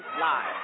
live